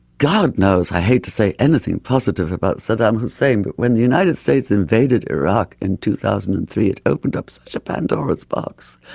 god knows i hate to say anything positive about saddam hussein, but when the united states invaded iraq in two thousand and three it opened up such a pandora's box,